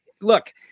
Look